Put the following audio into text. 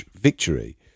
victory